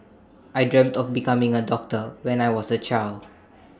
I dreamt of becoming A doctor when I was A child